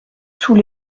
sous